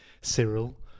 Cyril